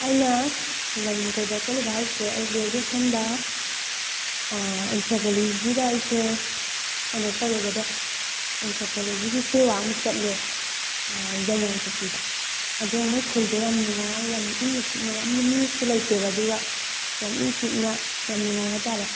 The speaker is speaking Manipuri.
ꯑꯩꯅ ꯂꯝ ꯀꯣꯏꯕ ꯆꯠꯂꯨꯕ ꯍꯥꯏꯁꯦ ꯑꯩ ꯒ꯭ꯔꯦꯖꯨꯌꯦꯁꯟꯗ ꯑꯦꯟꯊ꯭ꯔꯣꯄꯣꯂꯣꯖꯤꯗ ꯑꯩꯁꯦ ꯑꯣꯅꯔꯁ ꯇꯧꯔꯛꯑꯦꯕ ꯑꯗꯣ ꯑꯦꯟꯊ꯭ꯔꯣꯄꯣꯂꯣꯖꯤꯒꯤ ꯐꯤꯜ ꯋꯥꯔꯛ ꯑꯃ ꯆꯠꯂꯦ ꯌꯥꯏꯉꯪꯄꯣꯛꯄꯤꯗ ꯑꯗꯣ ꯃꯣꯏ ꯈꯨꯜꯗꯣ ꯌꯥꯝ ꯅꯨꯡꯉꯥꯏ ꯌꯥꯝꯅ ꯏꯪꯅ ꯆꯤꯛꯅ ꯌꯥꯝꯅ ꯃꯤꯁꯨ ꯂꯩꯇꯦꯕ ꯑꯗꯨꯒ ꯌꯥꯝ ꯏꯪ ꯆꯤꯛꯅ ꯌꯥꯝ ꯅꯨꯡꯉꯥꯏ ꯍꯥꯏꯇꯥꯔꯦ